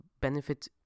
benefit